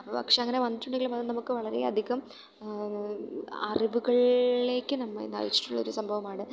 അപ്പോൾ പക്ഷെ അങ്ങനെ വന്നിട്ടുണ്ടെങ്കിലും അത് നമുക്ക് വളരെയധികം അറിവുകളിലേക്ക് നമ്മെ നയിച്ചിട്ടുള്ള ഒരു സംഭവമാണ്